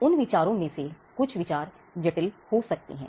उन विचारों में से कुछ विचार जटिल हो सकते हैं